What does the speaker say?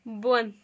بۄن